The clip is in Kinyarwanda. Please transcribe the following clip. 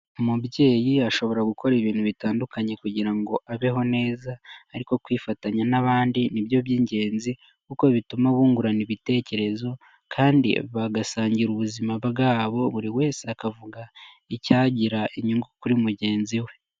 Umubyeyi ashobora gukora ibintu bitandukanye kugira ngo abeho neza ariko kwifatanya n'abandi nibyo by'ingenzi kuko bituma bungurana ibitekerezo kandi bagasangira ubuzima bwabo buri wese akavuga icyagira inyungu kuri mugenzi we.